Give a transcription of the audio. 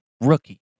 rookie